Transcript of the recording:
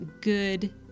good